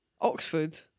Oxford